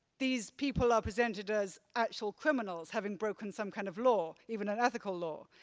these people are presented as actual criminals having broken some kind of law, even an ethical law.